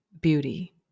beauty